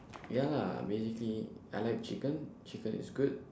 ya lah basically I like chicken chicken is good